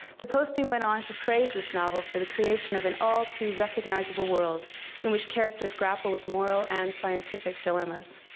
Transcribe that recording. the posting went on to praise this novel for the creation of an all-too-recognizable world in which characters grapple with moral and scientific dilemmas.